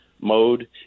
mode